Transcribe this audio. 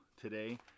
today